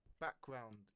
background